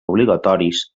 obligatoris